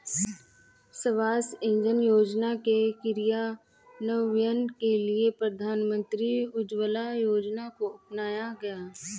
स्वच्छ इंधन योजना के क्रियान्वयन के लिए प्रधानमंत्री उज्ज्वला योजना को अपनाया गया